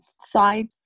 side